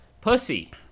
pussy